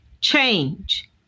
change